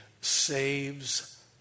saves